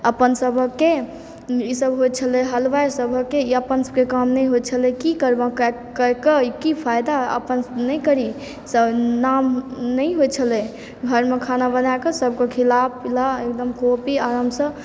अपन सभक के ईसभ होइ छलय हलवाइ सभक के ई अपन सभके काम नहि होइ छलय की करबहऽ करिक की फायदा अपन नहि करी नाम नहि होइ छलय घरमे खाना बनाइक सभके खिला पीला एकदम खोपी आरामसँ